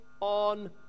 on